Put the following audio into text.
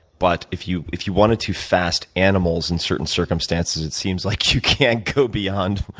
but if you if you wanted to fast animals in certain circumstances, it seems like you can't go beyond